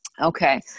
okay